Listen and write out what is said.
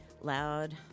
loud